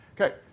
Okay